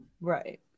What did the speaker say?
right